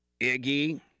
Iggy